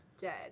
dead